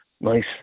nice